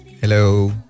Hello